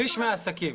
שליש מהעסקים.